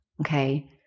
Okay